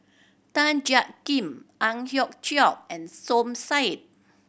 Tan Jiak Kim Ang Hiong Chiok and Som Said